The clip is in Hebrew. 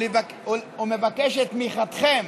ומבקש את תמיכתם בה,